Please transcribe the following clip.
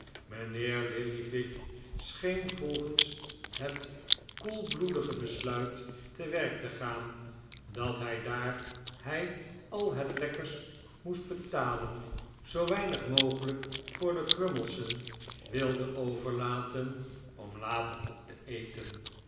mijnheer lillyvick scheen volgens het koelbloedige besluit te werk te gaan dat hij daar hij al het lekkers moest betalen zoo weinig mogelijk voor de crummles'en wilde overlaten om later op te eten